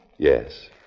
Yes